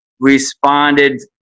responded